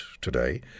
today